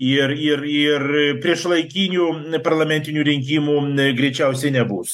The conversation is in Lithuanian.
ir ir ir priešlaikinių parlamentinių rinkimų greičiausiai nebus